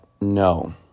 no